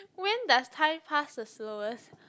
when does time past the slowest